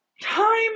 time